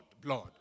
blood